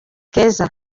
keza